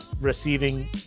receiving